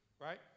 right